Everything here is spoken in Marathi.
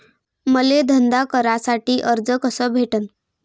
मले धंदा करासाठी कर्ज कस भेटन?